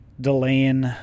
delaying